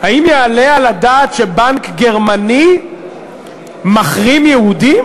האם יעלה על הדעת שבנק גרמני מחרים יהודים?